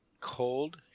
cold